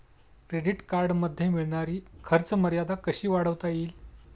Credit कार्डमध्ये मिळणारी खर्च मर्यादा कशी वाढवता येईल?